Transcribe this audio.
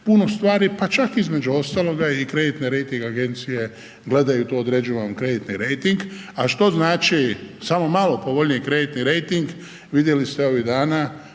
puno stvari, pa čak između ostaloga i kreditne rejting agencije gledaju to, određuju vam kreditni rejting, a što znači samo malo povoljniji kreditni rejting vidjeli ste ovih dana